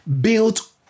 built